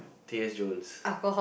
T S Jones